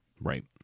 Right